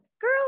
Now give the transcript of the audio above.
girl